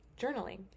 journaling